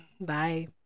Bye